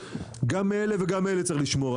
גם אלה וגם אלה צריך לשמור,